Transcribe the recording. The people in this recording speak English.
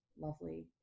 lovely